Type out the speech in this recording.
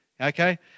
okay